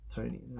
Tony